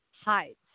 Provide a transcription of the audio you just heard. hides